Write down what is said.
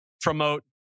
promote